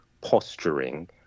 posturing